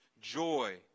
joy